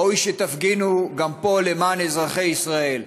ראוי שתפגינו גם פה למען אזרחי ישראל.